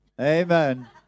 Amen